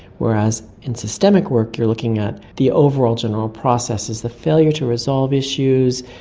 whereas in systemic work you are looking at the overall general processes, the failure to resolve issues,